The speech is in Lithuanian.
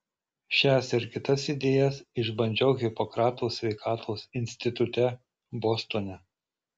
šias ir kitas idėjas išbandžiau hipokrato sveikatos institute bostone